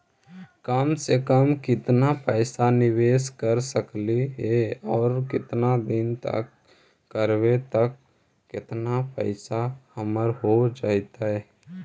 कम से कम केतना पैसा निबेस कर सकली हे और केतना दिन तक करबै तब केतना पैसा हमर हो जइतै?